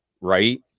right